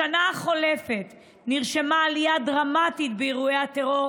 בשנה החולפת נרשמה עלייה דרמטית באירועי הטרור